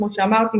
כמו שאמרתי,